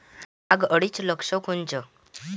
नाग अळीचं लक्षण कोनचं?